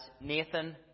Nathan